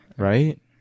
Right